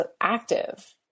active